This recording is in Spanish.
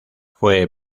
fue